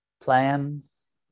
plans